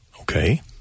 Okay